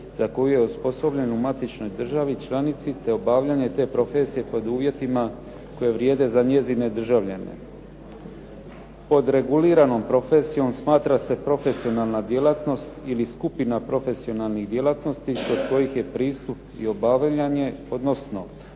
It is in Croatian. za koju je osposobljen u matičnoj državi članici te obavljanje te profesije pod uvjetima koji vrijede za njezine državljane. Pod reguliranom profesijom smatra se profesionalna djelatnost ili skupina profesionalnih djelatnosti kod kojih je pristup i obavljanje, odnosno